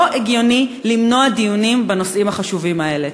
לא הגיוני למנוע דיונים בנושאים החשובים האלה.